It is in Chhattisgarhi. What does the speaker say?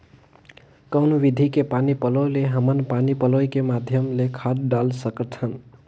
कौन विधि के पानी पलोय ले हमन पानी पलोय के माध्यम ले खाद डाल सकत हन?